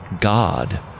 God